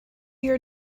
your